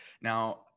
Now